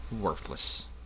worthless